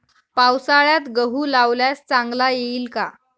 पावसाळ्यात गहू लावल्यास चांगला येईल का?